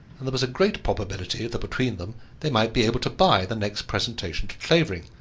and there was a great probability that between them they might be able to buy the next presentation to clavering,